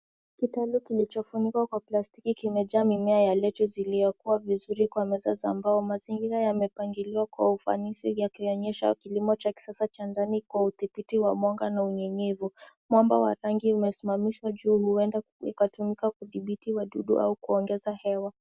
Kitalu kilichofanyikwa kwa plastiki imejaa mimea ya lettuce iliyokuwa vizuri kwa meza za mbao. Mazingira yamepangiliwa kwa ufanisi vya kuonyesha kilimo cha kisasa cha ndani kwa udhibiti wa mwanga na unyenyevu. Mwamba wa rangi umesimamishwa juu huenda ikatumika kudhibiti wa dudu au kuongeza hewa.